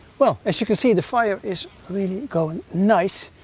well as you can see the fire is really going nice.